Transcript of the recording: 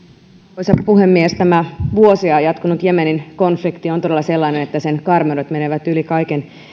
arvoisa puhemies tämä vuosia jatkunut jemenin konflikti on todella sellainen että sen karmeudet menevät yli kaiken